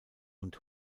und